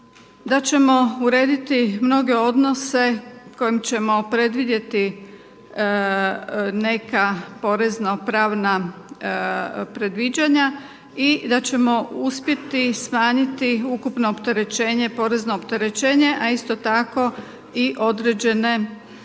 Da ćemo urediti mnoge odnose kojima ćemo predvidjeti neka porezno-pravna predviđanja i da ćemo uspjeti smanjiti ukupno opterećenje, porezno opterećenje,